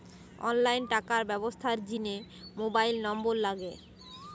online টাকার ব্যবস্থার জিনে মোবাইল নম্বর লাগে